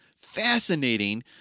fascinating